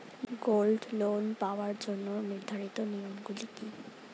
Gold loan পাওয়ার জন্য নির্ধারিত নিয়ম গুলি কি?